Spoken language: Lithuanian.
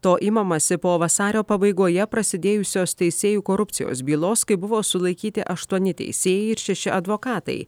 to imamasi po vasario pabaigoje prasidėjusios teisėjų korupcijos bylos kai buvo sulaikyti aštuoni teisėjai ir šeši advokatai